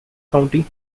county